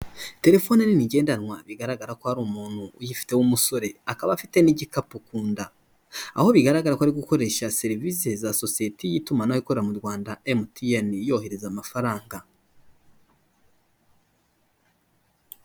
Telefone nini ngendanwa bigaragara ko hari umuntu uyifite w'umusore, akaba afite n'igikapu ku nda, aho bigaragara ko ari gukoresha serivisi za sosiyete y'itumanaho ikora mu Rwanda MTN yohereza amafaranga.